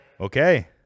okay